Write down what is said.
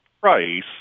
price